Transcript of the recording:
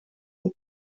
und